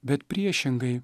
bet priešingai